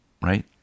right